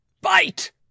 Bite